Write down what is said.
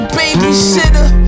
babysitter